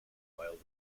while